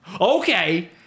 okay